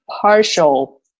partial